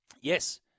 Yes